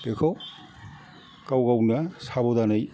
बेखौ गाव गावनो साबधानै